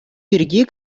пирки